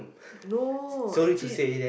no actually